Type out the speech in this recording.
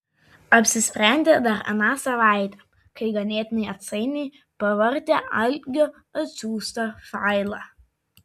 apsisprendė dar aną savaitę kai ganėtinai atsainiai pavartė algio atsiųstą failą